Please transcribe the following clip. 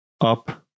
up